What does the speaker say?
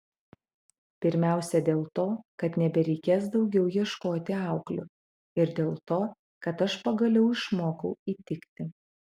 pirmiausia dėl to kad nebereikės daugiau ieškoti auklių ir dėl to kad aš pagaliau išmokau įtikti